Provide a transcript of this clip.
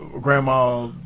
grandma